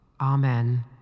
Amen